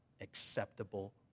acceptable